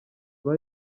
uba